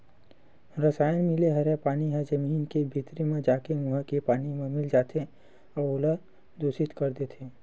रसायन मिले हरय पानी ह जमीन के भीतरी म जाके उहा के पानी म मिल जाथे अउ ओला दुसित कर देथे